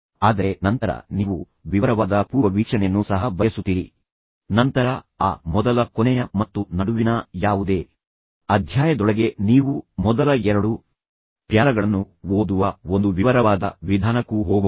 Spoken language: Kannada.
ಆದರೆ ನಂತರ ನೀವು ವಿವರವಾದ ಪೂರ್ವವೀಕ್ಷಣೆಯನ್ನು ಸಹ ಬಯಸುತ್ತೀರಿ ನಂತರ ಆ ಮೊದಲ ಕೊನೆಯ ಮತ್ತು ನಡುವಿನ ಯಾವುದೇ ಅಧ್ಯಾಯದೊಳಗೆ ನೀವು ಮೊದಲ ಎರಡು ಪ್ಯಾರಾಗಳನ್ನು ಓದುವ ಒಂದು ವಿವರವಾದ ವಿಧಾನಕ್ಕೂ ಹೋಗಬಹುದು